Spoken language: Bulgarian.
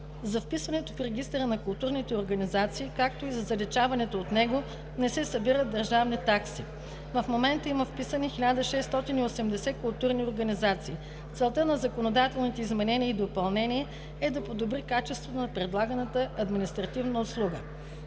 За вписването в регистъра на културните организации, както и за заличаване от него не се събират държавни такси. В момента има вписани 1680 културни организации. Целта на законодателните изменения и допълнения е да подобри качеството на предлаганата административна услуга.